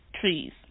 trees